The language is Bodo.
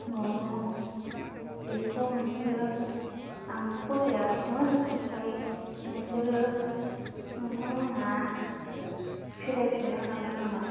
मम' बेखौ नोंसोरो आंथ' फसायाखैसिमोन ओमफ्राय नोंसोरो नोंथांमोना फिरायफिननो हागोन नामा